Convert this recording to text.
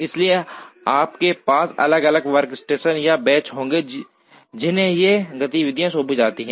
इसलिए आपके पास अलग अलग वर्कस्टेशन या बेंच होंगे जिन्हें ये गतिविधियाँ सौंपी जाती हैं